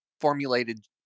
formulated